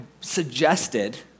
suggested